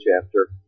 chapter